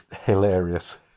hilarious